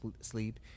sleep